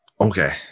Okay